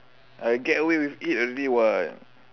I get away with it already [what]